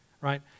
right